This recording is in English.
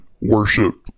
worship